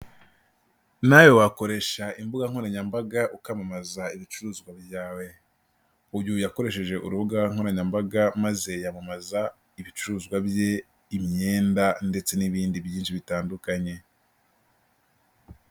Nawe wakoresha imbuga nkoranyambaga ukamamaza ibicuruzwa byawe, uyu yakoresheje urubuga nkoranyambaga maze yamamaza ibicuruzwa bye, imyenda ndetse n'ibindi byinshi bitandukanye.